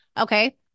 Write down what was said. Okay